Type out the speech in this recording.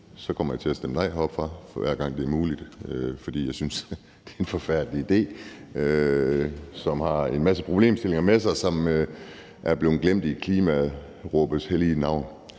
kommer jeg til at stemme nej, hver gang det er muligt, fordi jeg synes, det er en forfærdelig idé, som har en masse problemstillinger med sig, som er blevet glemt i klimaråbets hellige navn.